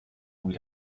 cui